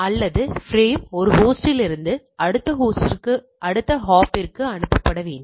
அல்லது பிரேம் ஒரு ஹோஸ்டிலிருந்து அடுத்த ஹோஸ்டுக்கு அடுத்த ஹாப்பிற்கு அனுப்ப வேண்டும்